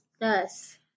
Yes